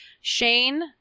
Shane